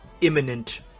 imminent